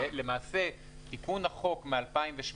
למעשה תיקון החוק מ-2017,